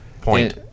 Point